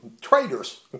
traitors